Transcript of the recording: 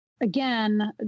again